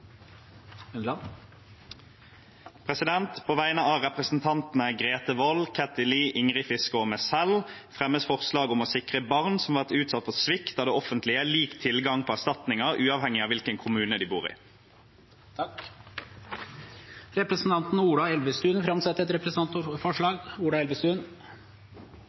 På vegne av representantene Grete Wold, Kathy Lie, Ingrid Fiskaa og meg selv fremmer jeg et representantforslag om å sikre barn som har vært utsatt for svikt av det offentlige, lik tilgang på erstatninger uavhengig av hvilken kommune de bor i. Representanten Ola Elvestuen vil framsette et